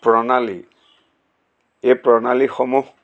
প্ৰণালী এই প্ৰণালীসমূহ